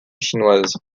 chinoise